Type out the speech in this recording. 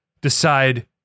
decide